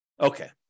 Okay